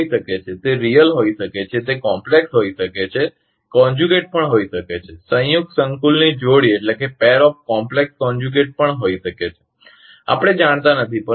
તે હોઈ શકે છે તે વાસ્તવિક હોઈ શકે છે તે જટિલ હોઈ શકે છે સંયુક્ત પણ હોઈ શકે છે સંયુક્ત સંકુલની જોડી પણ હોઇ શકે છે આપણે જાણતા નથી